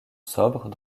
sobres